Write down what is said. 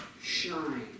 shine